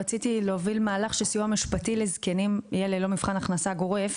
רציתי להוביל מהלך שסיוע משפטי לזקנים יהיה ללא מבחן הכנסה גורף.